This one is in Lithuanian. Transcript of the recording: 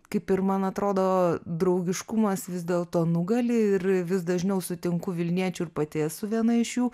kaip ir man atrodo draugiškumas vis dėlto nugali ir vis dažniau sutinku vilniečių ir pati esu viena iš jų